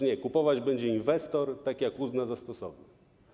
Nie, kupować będzie inwestor, tak jak uzna za stosowne.